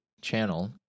channel